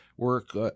work